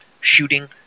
shooting